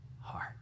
heart